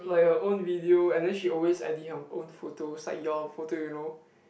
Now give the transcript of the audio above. like her own video and then she always edit her own photos like your photo you know